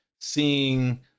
seeing